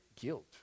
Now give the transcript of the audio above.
guilt